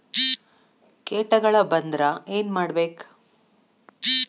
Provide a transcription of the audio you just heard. ಕೇಟಗಳ ಬಂದ್ರ ಏನ್ ಮಾಡ್ಬೇಕ್?